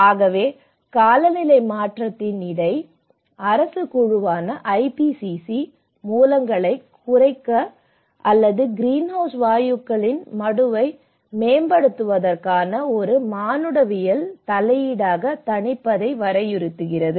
ஆகவே காலநிலை மாற்றத்திற்கான இடை அரசு குழுவான ஐபிசிசி மூலங்களைக் குறைக்க அல்லது கிரீன்ஹவுஸ் வாயுக்களின் மடுவை மேம்படுத்துவதற்கான ஒரு மானுடவியல் தலையீடாக தணிப்பதை வரையறுக்கிறது